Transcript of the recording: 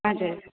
हजुर